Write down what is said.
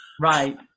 right